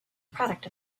product